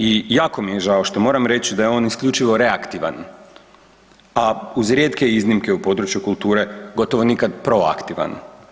I jako mi je žao što moram reći da je on isključivo reaktivan a uz rijetke iznimke u području kulture, gotovo nikad proaktivan.